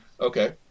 Okay